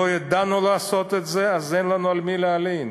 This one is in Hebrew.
לא ידענו לעשות את זה, אז אין לנו על מי להלין.